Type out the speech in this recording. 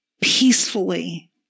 peacefully